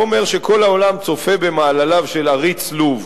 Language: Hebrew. הוא אומר ש"כל העולם צופה במעלליו של עריץ לוב.